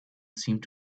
seemed